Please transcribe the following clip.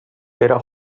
era